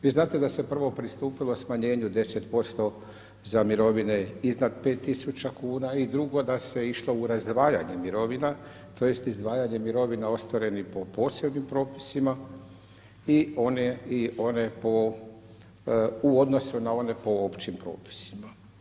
Vi znate da se prvo pristupilo smanjenju 10 posto za mirovine iznad 5 tisuća kuna, i drugo, da se išlo u razdvajanje mirovina, tj. izdvajanje mirovina ostvarenih po posebnim propisima i one po, i one u odnosu na one po općim propisima.